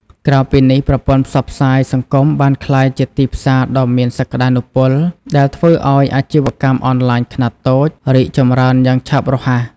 ក្រៅពីនេះប្រព័ន្ធផ្សព្វផ្សាយសង្គមបានក្លាយជាទីផ្សារដ៏មានសក្តានុពល ដែលធ្វើឲ្យ អាជីវកម្មអនឡាញខ្នាតតូច រីកចម្រើនយ៉ាងឆាប់រហ័ស។